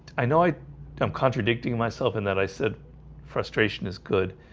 i know i i'm contradicting myself in that i said frustration is good,